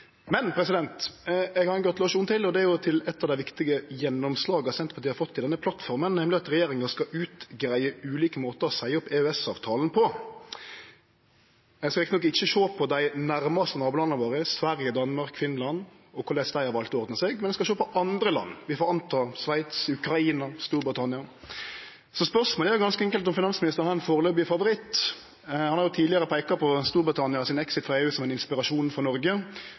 Men eg har ein gratulasjon til, og det er for eit av dei viktige gjennomslaga Senterpartiet har fått i denne plattforma, nemleg at regjeringa skal greie ut ulike måtar å seie opp EØS-avtalen på. Ein skal riktig nok ikkje sjå på dei nærmaste nabolanda våre, Sverige, Danmark og Finland, og korleis dei har valt å ordne seg, men ein skal sjå på andre land – vi får anta Sveits, Ukraina, Storbritannia. Så spørsmålet er ganske enkelt om finansministeren har ein foreløpig favoritt. Han har tidlegare peika på Storbritannia sin exit frå EU som ein inspirasjon for Noreg.